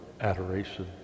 adoration